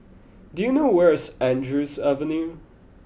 do you know where is Andrews Avenue